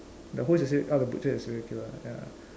the whose is it oh the butcher is a serial killer ya